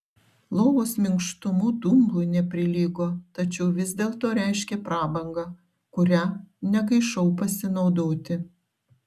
lovos minkštumu dumblui neprilygo tačiau vis dėlto reiškė prabangą kuria negaišau pasinaudoti